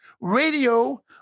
Radio